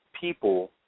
People